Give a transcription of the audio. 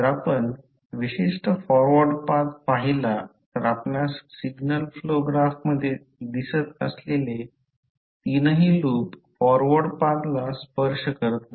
जर आपण विशिष्ट फॉरवर्ड पाथ पहिला तर आपणास सिग्नल फ्लो ग्राफमध्ये दिसत असलेले तीनही लूप फॉरवर्ड पाथला स्पर्श करत आहेत